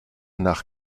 nach